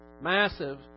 massive